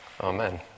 Amen